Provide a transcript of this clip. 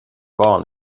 bán